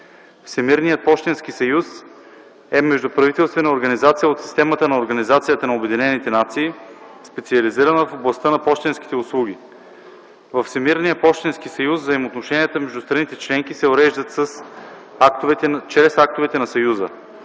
Всемирният пощенски съюз е междуправителствена организация от системата на Организацията на обединените нации, специализирана в областта на пощенските услуги. Във Всемирния пощенски съюз взаимоотношенията между страните членки се уреждат чрез актовете на съюза.